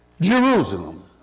Jerusalem